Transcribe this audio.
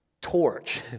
torch